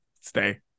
Stay